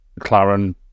McLaren